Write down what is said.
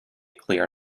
clear